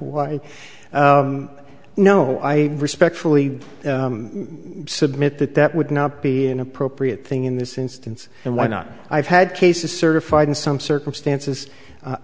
why no i respectfully submit that that would not be an appropriate thing in this instance and why not i've had cases certified in some circumstances